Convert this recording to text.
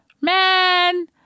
man